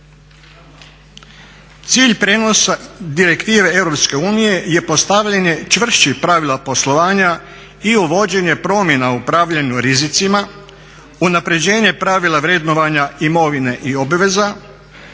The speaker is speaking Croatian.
Cilj prijenosa direktive EU je postavljanje čvršćih pravila poslovanja i uvođenje promjena u upravljanju rizicima, unapređenje pravila vrednovanja imovine i obveza,